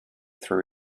threw